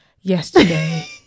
yesterday